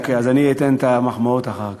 אוקיי, אז אני אתן את המחמאות אחר כך.